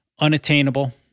unattainable